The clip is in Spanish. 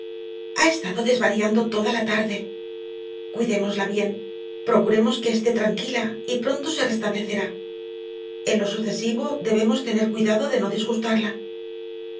ha estado desvariando toda la tarde cuidémosla bien procuremos que esté tranquila y pronto se restablecerá en lo sucesivo debemos tener cuidado de no disgustarla